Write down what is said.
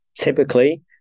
typically